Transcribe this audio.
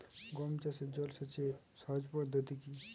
গম চাষে জল সেচের সহজ পদ্ধতি কি?